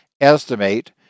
estimate